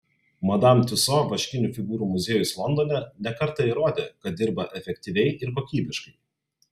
madam tiuso vaškinių figūrų muziejus londone ne kartą įrodė kad dirba efektyviai ir kokybiškai